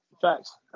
Facts